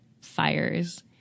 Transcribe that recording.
fires